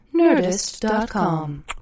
Nerdist.com